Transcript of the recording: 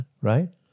right